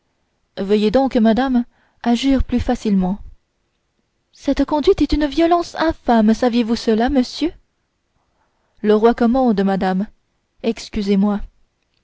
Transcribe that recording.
veuillez donc madame agir plus facilement cette conduite est d'une violence infâme savez-vous cela monsieur le roi commande madame excusez-moi